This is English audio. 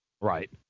Right